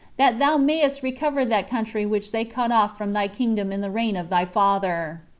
that thou mayst recover that country which they cut off from thy kingdom in the reign of thy father.